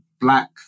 black